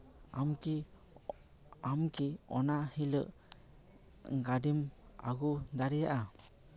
ᱟᱢ ᱠᱤ ᱟᱢ ᱠᱤ ᱚᱱᱟ ᱦᱤᱞᱳᱜ ᱜᱟᱹᱰᱤᱢ ᱟᱹᱜᱩ ᱫᱟᱲᱮᱭᱟᱜᱼᱟ